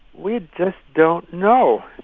we just don't know